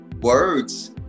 words